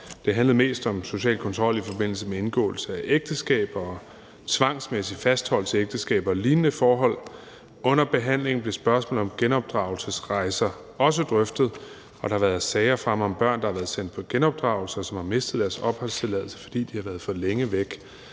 Det handlede mest om social kontrol i forbindelse med indgåelse af ægteskaber og tvangsmæssig fastholdelse i ægteskaber og lignende forhold. Under behandlingen blev spørgsmålet om genopdragelsesrejser også drøftet, og der har været sager fremme om børn, der har været sendt på genopdragelse, og som har mistet deres opholdstilladelse, fordi de har været for længe væk